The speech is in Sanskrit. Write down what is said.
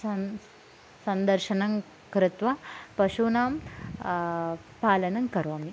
सन् सन्दर्शनं कृत्वा पशूनां पालनं करोमि